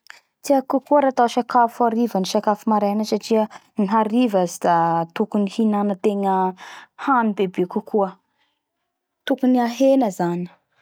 Tiako kokoa raha atao sakafo hariva ny sakafo maraina satria ny hariva tsy da tokony hinanantegna hany bebe koakoa. Tokony nahena zany.